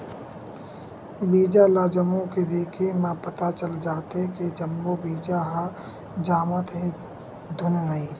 बीजा ल जमो के देखे म पता चल जाथे के जम्मो बीजा ह जामत हे धुन नइ